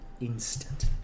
instant